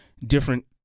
different